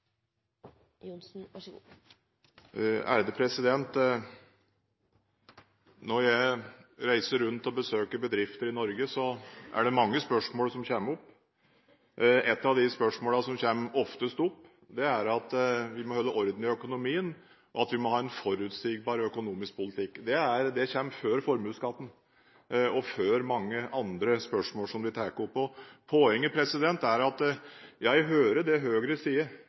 det mange spørsmål som kommer opp. Et av de spørsmålene som kommer oftest opp, er at vi må holde orden i økonomien, og at vi må ha en forutsigbar økonomisk politikk. Det kommer før formuesskatten og før mange andre spørsmål som vi tar opp. Jeg hører det Høyre sier, at de skal føre en ansvarlig økonomisk politikk, men poenget er at Høyre – selv om de har høy oppslutning på gallupen nå – kommer ikke til å få rent flertall. Det